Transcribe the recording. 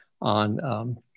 on